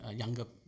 younger